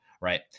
right